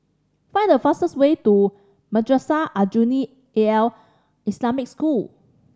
find the fastest way to Madrasah Aljunied Al Islamic School